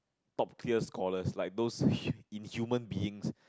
top clear scholar like those in human beings